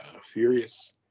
furious